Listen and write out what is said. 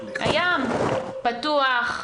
הים פתוח,